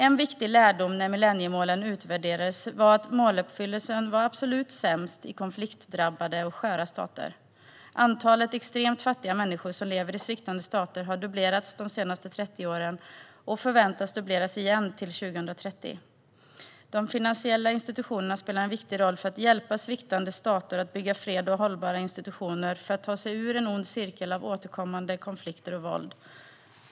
En viktig lärdom när millenniemålen utvärderades var att måluppfyllelsen var absolut sämst i konfliktdrabbade och sköra stater. Antalet extremt fattiga människor som lever i sviktande stater har dubblerats de senaste 30 åren och förväntas dubbleras igen till 2030. De finansiella institutionerna spelar en viktig roll för att hjälpa sviktande stater att bygga fred och hållbara institutioner för att ta sig ur en ond cirkel av återkommande konflikter och våld.